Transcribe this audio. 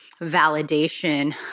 validation